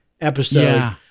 episode